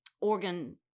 organ